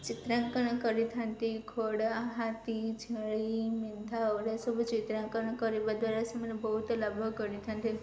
ଚିତ୍ରାଙ୍କନ କରିଥାନ୍ତି ଘୋଡ଼ା ହାତୀ ଝେଳି ମେଣ୍ଢା ଏଗୁଡ଼ିକ ସବୁ ଚିତ୍ରାଙ୍କନ କରିବା ଦ୍ୱାରା ସେମାନେ ବହୁତ ଲାଭ କରିଥାନ୍ତି